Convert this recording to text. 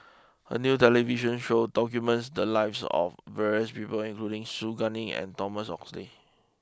a new television show documents the lives of various people including Su Guaning and Thomas Oxley